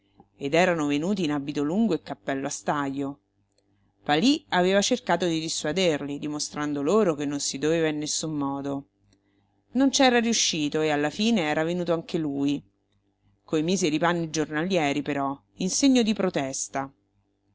ed erano venuti in abito lungo e cappello a stajo palí aveva cercato di dissuaderli dimostrando loro che non si doveva in nessun modo non c'era riuscito e alla fine era venuto anche lui coi miseri panni giornalieri però in segno di protesta